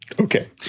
Okay